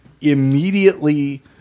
immediately